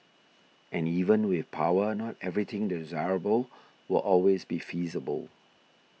and even with power not everything desirable will always be feasible